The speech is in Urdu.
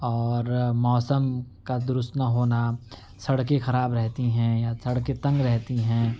اور موسم کا درست نہ ہونا سڑکیں خراب رہتی ہیں یا سڑکیں تنگ رہتی ہیں